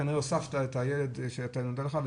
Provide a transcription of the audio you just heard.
כנראה הוספת את הילד שנודע לך,